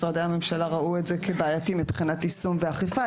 לפחות משרדי הממשלה ראו את זה כבעייתי מבחינת יישום ואכיפה.